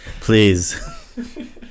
Please